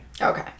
Okay